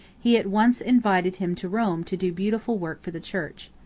he at once invited him to rome to do beautiful work for the church.